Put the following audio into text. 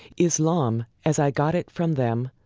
islam, as i got it from them,